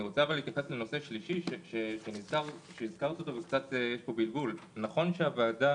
אני רוצה להתייחס לנושא שלישי שהוזכר כאן ויש בלבול לגביו: נכון שהוועדה